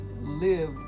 live